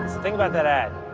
think about that ad.